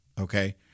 okay